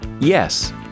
Yes